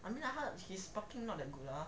I'm mean like his parking not that good ah